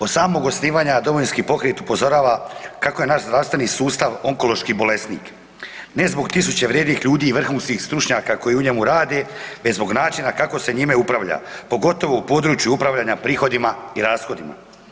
Od samog osnivanja Domovinski pokret upozorava kako je naš zdravstveni sustav onkološki bolesnik, ne zbog tisuće vrijednih ljudi i vrhunskih stručnjaka koji u njemu rade već zbog načina kako se njime upravlja, pogotovo u području upravljanja prihodima i rashodima.